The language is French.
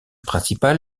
principal